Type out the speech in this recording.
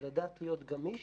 ולדעת להיות גמיש